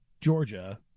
Georgia